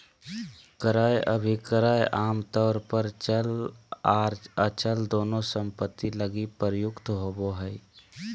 क्रय अभिक्रय आमतौर पर चल आर अचल दोनों सम्पत्ति लगी प्रयुक्त होबो हय